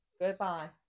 Goodbye